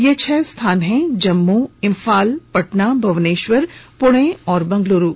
यह छह स्थान हैं जम्मू इम्फाल पटना भुवनेश्वर पुणे और बेंगलुरू